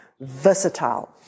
versatile